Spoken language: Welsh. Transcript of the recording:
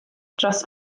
dros